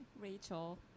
Rachel